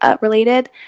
related